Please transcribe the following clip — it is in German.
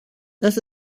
das